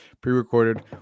pre-recorded